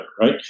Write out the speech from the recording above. right